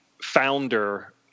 founder